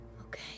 Okay